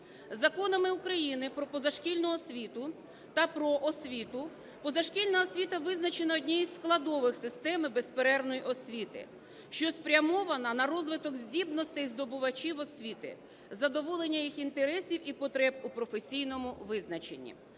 Законами України "Про позашкільну освіту" та "Про освіту" позашкільна освіта визначена однією з складових системи безперервної освіти, що спрямована на розвиток здібностей здобувачів освіти, задоволення їх інтересів і потреб у професійному визначенні.